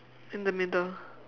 in the middle